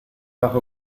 bajo